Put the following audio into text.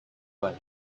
one